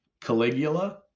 Caligula